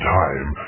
time